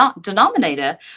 denominator